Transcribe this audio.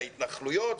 להתנחלויות,